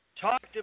talked